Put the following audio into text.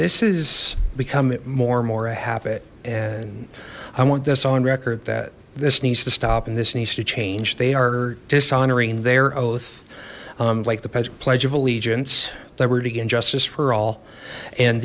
this is becoming more and more a habit and i want this on record that this needs to stop and this needs to change they are dishonouring their oath like the pledge of allegiance liberty and justice for all and